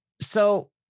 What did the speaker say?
So-